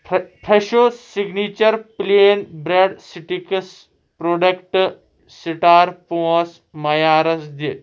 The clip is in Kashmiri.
فیٚہ Fresho signature plain bread sticks product star پانٛژھ معیارَس دِ